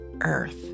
Earth